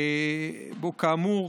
כאמור,